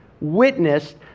witnessed